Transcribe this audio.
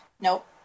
Nope